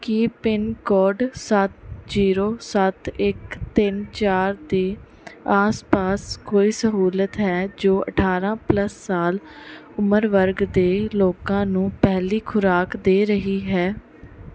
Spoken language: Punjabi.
ਕੀ ਪਿੰਨ ਕੋਡ ਸੱਤ ਜ਼ੀਰੋ ਸੱਤ ਇੱਕ ਤਿੰਨ ਚਾਰ ਦੇ ਆਸ ਪਾਸ ਕੋਈ ਸਹੂਲਤ ਹੈ ਜੋ ਅਠਾਰ੍ਹਾਂ ਪਲੱਸ ਸਾਲ ਉਮਰ ਵਰਗ ਦੇ ਲੋਕਾਂ ਨੂੰ ਪਹਿਲੀ ਖੁਰਾਕ ਦੇ ਰਹੀ ਹੈ